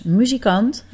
muzikant